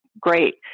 Great